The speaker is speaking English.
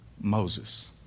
Moses